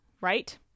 right